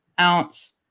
ounce